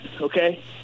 okay